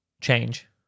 change